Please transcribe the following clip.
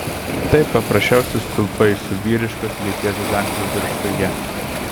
tai paprasčiausi stulpai su vyriškos lyties ženklu viršuje